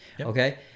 okay